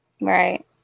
right